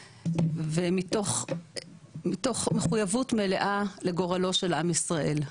ומתוך מחויבות מלאה לגורלו של עם ישראל.